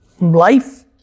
Life